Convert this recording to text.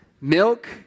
milk